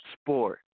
sport